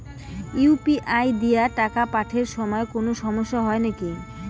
UPI দিয়া টাকা পাঠের সময় কোনো সমস্যা হয় নাকি?